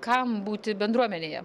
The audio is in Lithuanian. kam būti bendruomenėje